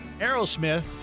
Aerosmith